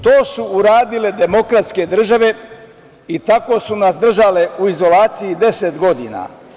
To su uradile demokratske države i tako su nas držale u izolaciji 10 godina.